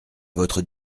votre